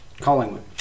Collingwood